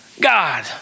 God